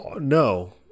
no